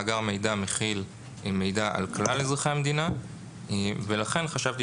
מאגר המידע מכיל מידע על כלל אזרחי המדינה ולכן חשבתי